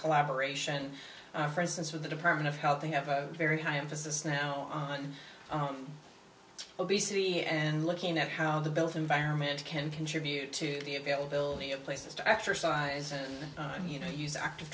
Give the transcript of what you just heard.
collaboration for instance with the department of health they have a very high emphasis now on obesity and looking at how the built environment can contribute to the availability of places to exercise and on you know use active